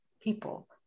people